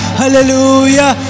hallelujah